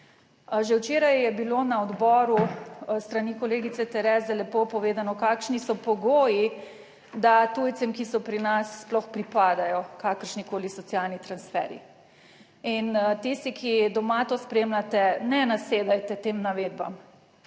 Že včeraj je bilo na odboru s strani kolegice Tereze lepo povedano, kakšni so pogoji, da tujcem, ki so pri nas, sploh pripadajo kakršni koli socialni transferji. In tisti, ki doma to spremljate, ne nasedajte tem navedbam.